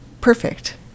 perfect